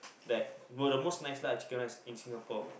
that were the most nice lah chicken rice in Singapore